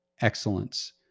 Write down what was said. excellence